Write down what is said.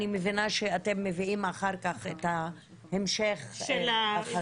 אני מבינה שאתם מביאים אחר כך את המשך החקיקה,